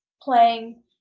playing